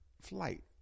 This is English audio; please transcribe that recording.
flight